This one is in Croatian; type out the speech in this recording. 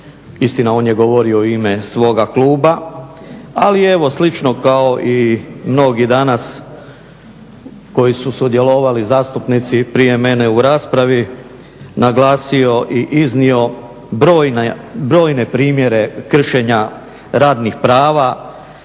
Istina, on je govorio u ime svoga kluba. Ali evo slično kao i mnogi danas koji su sudjelovali zastupnici prije mene u raspravi naglasio i iznio brojne primjere kršenja radnih prava